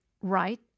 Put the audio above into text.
right